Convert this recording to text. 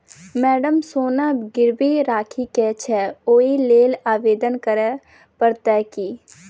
Madam सोना गिरबी राखि केँ छैय ओई लेल आवेदन करै परतै की?